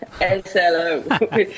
S-L-O